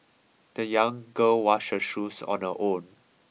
the young girl washed her shoes on her own